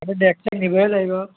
deck check নিবই লাগিব